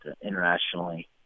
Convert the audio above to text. internationally